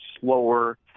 slower